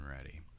ready